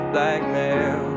Blackmail